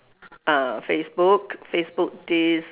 ah facebook facebook this